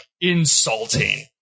insulting